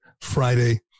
Friday